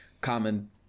common